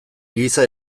giza